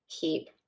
keep